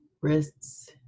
Wrists